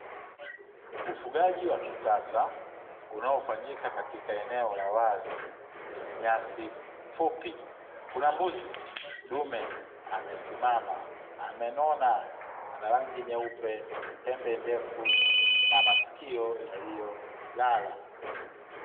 Ufugaji wa kisasa unaofanyika katika eneo la wazi lenye nyasi fupi, kuna mbuzi dume amesimama amenona, anarangi nyeupe, pembe ndefu na masiki yaliyo lala.